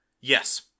Yes